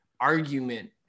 argument